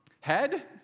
Head